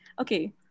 Okay